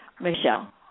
Michelle